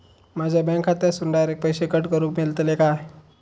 माझ्या बँक खात्यासून डायरेक्ट पैसे कट करूक मेलतले काय?